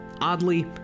Oddly